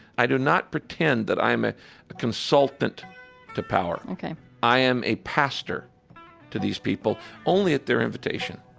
i do not pretend that i am a consultant to power ok i am a pastor to these people, only at their invitation